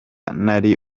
ntari